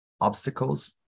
obstacles